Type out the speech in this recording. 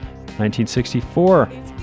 1964